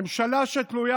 ממשלה שתלויה